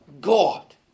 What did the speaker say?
God